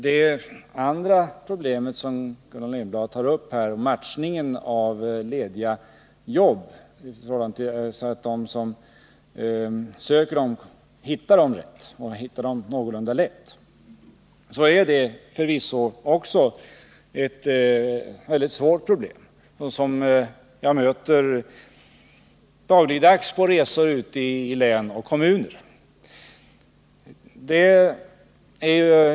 Det andra problemet som Gullan Lindblad tog upp — matchningen av lediga jobb, så att de som söker dem hittar dem någorlunda lätt — är förvisso mycket svårt. Jag möter problemet dagligdags vid resor i län och kommuner.